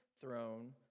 throne